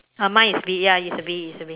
uh mine is bee ya it's a bee it's a bee